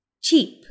Cheap